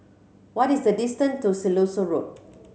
what is the distance to Siloso Road